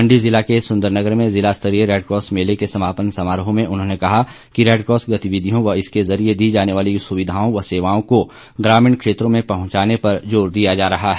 मंडी जिला के सुंदरनगर में जिला स्तरीय रेडक्रॉस मेले के समापन समारोह में उन्होंने कहा कि रेडक्रॉस गतिविधियों व इसके जरिये दी जाने वाली सुविधाओं व सेवाओं को ग्रामीण क्षेत्रों में पहुंचाने पर जोर दिया जा रहा है